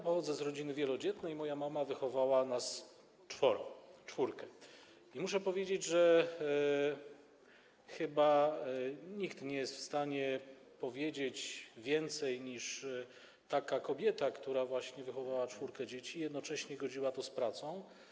Pochodzę z rodziny wielodzietnej, moja mama wychowała nas czworo, czwórkę dzieci, i muszę powiedzieć, że chyba nikt nie jest w stanie powiedzieć więcej niż taka kobieta, która wychowywała czwórkę dzieci i jednocześnie godziła to z pracą.